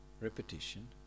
repetition